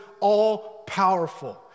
all-powerful